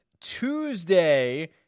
Tuesday